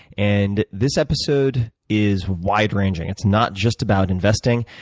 and this episode is wide ranging. it's not just about investing.